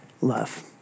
love